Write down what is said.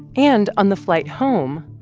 and on the flight home,